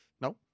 No